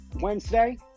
Wednesday